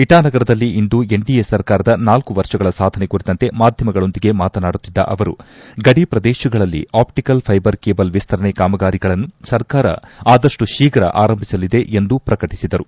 ಇಟಾನಗರದಲ್ಲಿಂದು NDA ಸರ್ಕಾರದ ನಾಲ್ಲು ವರ್ಷಗಳ ಸಾಧನೆ ಕುರಿತಂತೆ ಮಾಧ್ಯಮಗಳೊಂದಿಗೆ ಮಾತನಾಡುತ್ತಿದ್ದ ಅವರು ಗಡಿ ಪ್ರದೇಶಗಳಲ್ಲಿ ಅಷ್ಟಿಕಲ್ ಫ್ಲೆಬರ್ ಕೇಬಲ್ ವಿಸ್ತರಣೆ ಕಾಮಗಾರಿಗಳನ್ನು ಸರ್ಕಾರ ಆದಷ್ಟು ಶೀಘು ಆರಂಭಿಸಲಿದೆ ಎಂದು ಪ್ರಕಟಿಸಿದರು